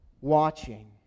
watching